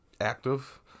active